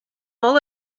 all